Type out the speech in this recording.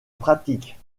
pratique